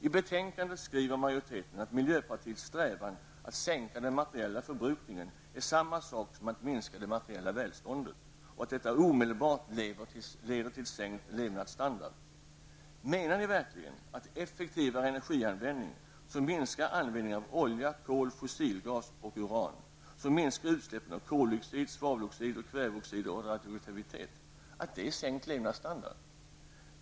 I betänkandet skriver majoriteten att miljöpartiets strävan att sänka den materiella förbrukningen är samma sak som att minska det materiella välståndet, och att detta omedelbart leder till sänkt levnadsstandard. Menar ni verkligen att effektivare energianvändning som minskar användningen av olja, kol, fossilgas och uran, som minskar utsläppen av koldioxid, svaveloxid, kväveoxid och radioaktivitet, är sänkt levnadsstandard?